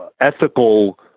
ethical